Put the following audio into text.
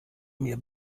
mir